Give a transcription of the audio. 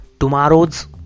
tomorrow's